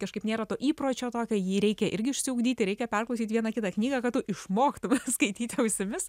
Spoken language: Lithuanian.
kažkaip nėra to įpročio tokio jį reikia irgi išsiugdyti reikia perklausyt vieną kitą knygą kad tu išmoktum skaityti ausimis